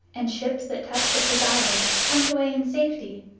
and ships that touched at his island went away in safety.